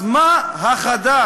אז מה חדש?